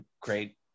great